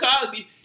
Cosby